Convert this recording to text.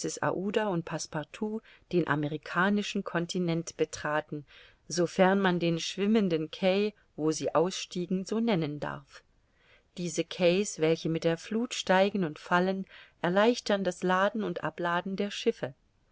und passepartout den amerikanischen continent betraten sofern man den schwimmenden quai wo sie ausstiegen so nennen darf diese quais welche mit der fluth steigen und fallen erleichtern das laden und abladen der schiffe